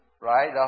right